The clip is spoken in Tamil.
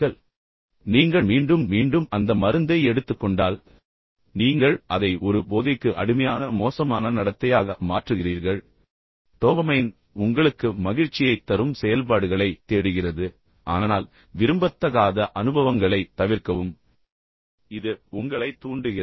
பின்னர் நீங்கள் மீண்டும் மீண்டும் அந்த மருந்தை எடுத்துக்கொண்டால் நீங்கள் அதை ஒரு போதைக்கு அடிமையான மோசமான நடத்தையாக மாற்றுகிறீர்கள் டோபமைன் உங்களுக்கு மகிழ்ச்சியைத் தரும் செயல்பாடுகளைத் தேடுகிறது ஆனால் விரும்பத்தகாத அனுபவங்களைத் தவிர்க்கவும் இது உங்களைத் தூண்டுகிறது